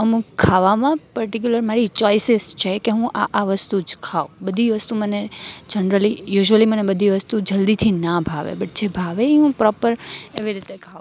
અમુક ખાવામાં પર્ટીક્યુલર મારી ચોઇસીસ છે કે હું આ આ વસ્તુ જ ખાઉં બધી વસ્તુ મને જનરલી યુઝવલી મને બધી વસ્તુ જલદીથી ના ભાવે બટ જે ભાવે ઈ હું પ્રોપર એવી રીતે ખાઉં